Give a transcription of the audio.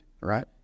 right